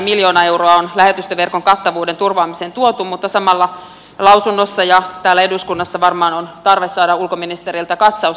miljoona euroa on lähetystöverkon kattavuuden turvaamiseen tuotu mutta samalla lausunnossa ja täällä eduskunnassa varmaan on tarve saada ulkoministeriltä katsaus mitä aiotaan tehdä